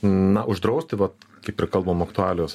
na uždrausti vat kaip ir kalbam aktualijos